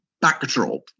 backdrop